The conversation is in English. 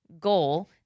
goal